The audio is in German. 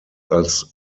als